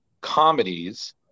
comedies